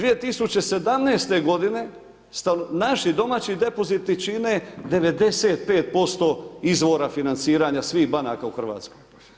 2017. godine naši domaći depoziti čine 95% izvora financiranja svih banaka u Hrvatskoj.